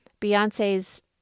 Beyonce's